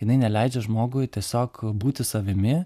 jinai neleidžia žmogui tiesiog būti savimi